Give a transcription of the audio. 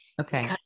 Okay